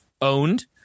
owned